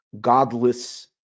godless